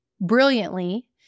brilliantly